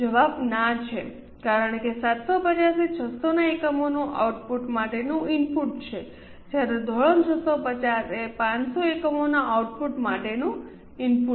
જવાબ ના છે કારણ કે 750 એ 600 એકમોના આઉટપુટ માટેનું ઇનપુટ છે જ્યારે ધોરણ 650 એ 500 એકમોના આઉટપુટ માટેનું ઇનપુટ છે